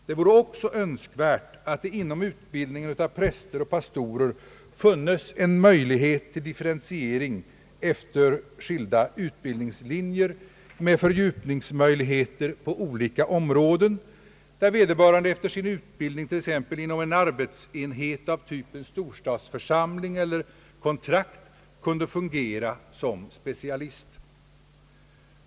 Det vore också önskvärt att det inom utbildningen av präster och pastorer funnes en möjlighet till differentiering efter skilda utbildningslinjer med fördjupningsmöjligheter på olika områden, där vederbörande efter sin utbildning t.ex. inom en arbetsenhet av typen storstadsförsamling eller kontrakt kunde fungera som specialist.